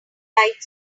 tight